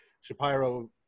Shapiro